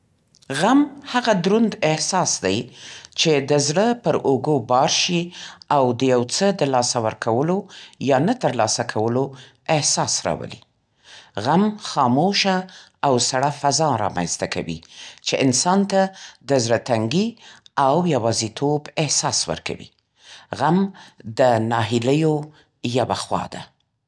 غم هغه دروند احساس دی چې د زړه پر اوږو بار شي او د یو څه د لاسه ورکولو یا نه ترلاسه کولو احساس راولي. غم خاموشه او سړه فضا رامنځته کوي، چې انسان ته د زړه تنګي او یوازیتوب احساس ورکوي. غم د ناهیليو یوه خوا ده.